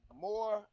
more